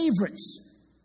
favorites